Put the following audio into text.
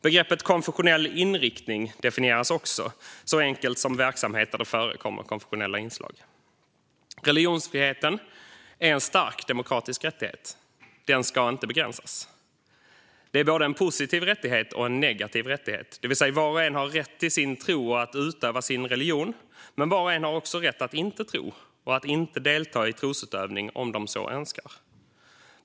Begreppet "konfessionell inriktning" definieras också så enkelt som verksamhet där det förekommer konfessionella inslag. Religionsfriheten är en stark demokratisk rättighet. Den ska inte begränsas. Det är både en positiv rättighet och en negativ rättighet, det vill säga att var och en har rätt till sin tro och att utöva sin religion men att var och en också har rätt att inte tro och att inte delta i trosutövning om de så önskar.